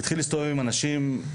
הילד שלו התחיל להסתובב עם אנשים שאנחנו